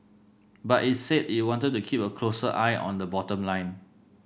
but it's said it wanted to keep a closer eye on the bottom line